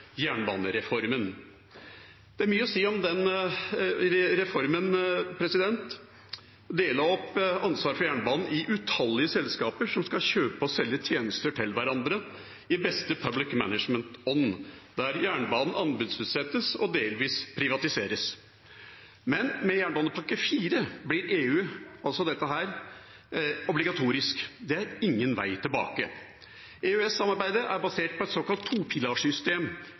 jernbanereformen. Det er mye å si om den reformen og det å dele opp ansvaret for jernbanen i utallige selskaper som skal kjøpe og selge tjenester til hverandre i beste «public management»-ånd, der jernbanen anbudsutsettes og delvis privatiseres, men med jernbanepakke IV blir dette obligatorisk. Det er ingen vei tilbake. EØS-samarbeidet er basert på et såkalt topilarsystem: